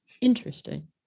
Interesting